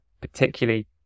particularly